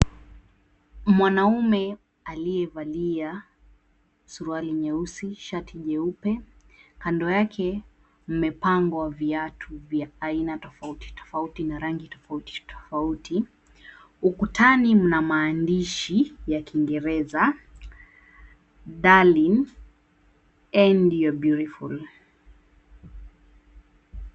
Mwanaume aliyevalia suruali nyeusi, shati jeupe. Kando yake mmepangwa viatu vya aina tofauti tofauti na rangi tofauti tofauti. Ukutani mna maandishi ya kiingereza, "Darling and You're Beautiful".